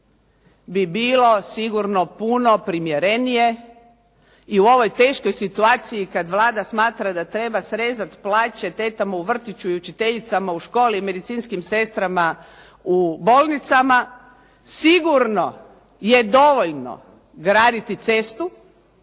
bi bilo sigurno puno primjerenije i u ovoj teškoj situaciji kad Vlada smatra da treba srezati plaće tetama u vrtiću i učiteljicama u školi, medicinskim sestrama u bolnicama sigurno je dovoljno graditi cestu